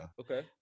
Okay